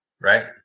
Right